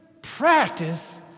Practice